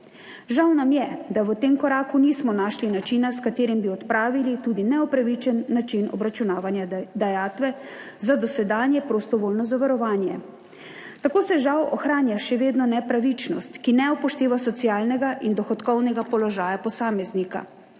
Žal nam je, da v tem koraku nismo našli načina, s katerim bi odpravili tudi neupravičen način obračunavanja dajatve za dosedanje prostovoljno zavarovanje. Tako se žal ohranja še vedno nepravičnost, ki ne upošteva socialnega in dohodkovnega položaja posameznika.